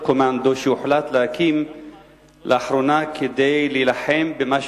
קומנדו שהוחלט להקים לאחרונה כדי להילחם במה